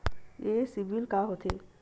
ये सीबिल का होथे?